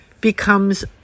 becomes